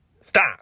stop